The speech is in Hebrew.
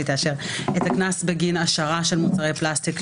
תאשר את הקנס בגין השארת מוצרי פלסטיק,